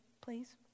please